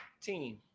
Team